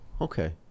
Okay